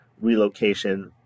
relocation